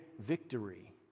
victory